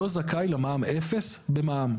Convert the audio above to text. לא זכאי למע"מ אפס במע"מ.